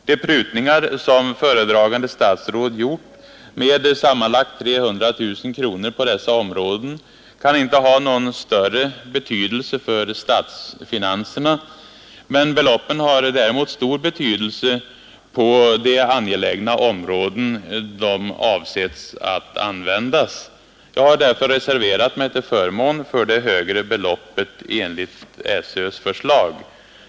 De prutningar som föredragande statsrådet gjort med sammanlagt 300 000 kronor på dessa områden kan inte ha någon större betydelse för statsfinanserna, men beloppen har däremot stor betydelse på de angelägna områden där de avsetts att användas. Jag har därför reserverat mig till förmån för det högre beloppet enligt SÖ:s förslag.